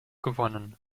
gewonnen